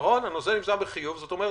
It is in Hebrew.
הנושא נבחן בחיוב - זאת אומרת,